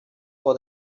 for